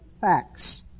facts